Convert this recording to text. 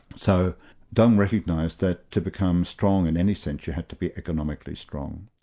so deng recognised that to become strong in any sense, you had to be economically strong.